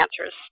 answers